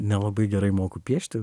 nelabai gerai moku piešti